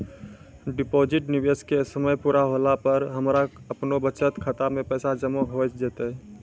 Deposit निवेश के समय पूरा होला पर हमरा आपनौ बचत खाता मे पैसा जमा होय जैतै?